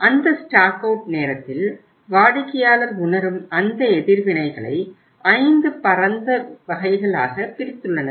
அந்த stock out நேரத்தில் வாடிக்கையாளர் உணரும் அந்த எதிர்வினைகளை 5 பரந்த வகைகளாகப் பிரித்துள்ளனர்